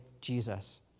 Jesus